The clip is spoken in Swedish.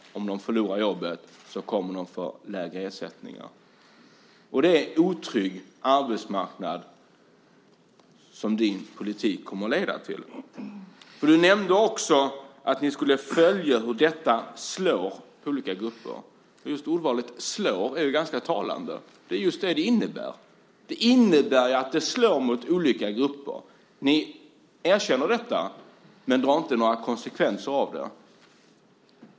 Om de förlorar jobbet kommer de att få lägre ersättningar. Det är en otrygg arbetsmarknad som din politik kommer att leda till. Du nämnde också att ni skulle följa hur detta slår mot olika grupper. Just ordvalet "slår" är ju ganska talande. Det är just det som det innebär. Det innebär att det slår mot olika grupper. Ni erkänner detta, men drar inte några konsekvenser av det.